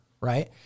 right